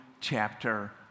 chapter